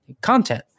content